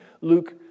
Luke